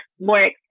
more